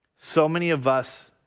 so many of us